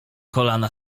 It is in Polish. kolana